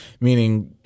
meaning